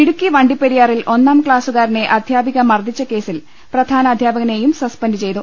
ഇടുക്കി വണ്ടിപ്പെരിയാറിൽ ഒന്നാം ക്ലാസ്സുകാരനെ അധ്യാ പിക മർദ്ദിച്ച കേസിൽ പ്രധാന അധ്യാപകനെയും സസ്പെൻഡ് ചെയ്തു